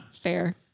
Fair